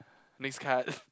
next card